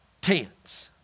tense